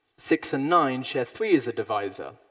six and nine share three as a divisor.